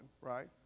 right